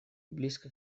близко